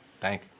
Thank